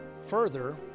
Further